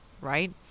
Right